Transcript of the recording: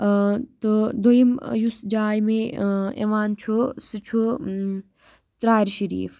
تہٕ دوٚیِم یُس جاے مے یِوان چھُ سُہ چھُ ژرارِ شریٖف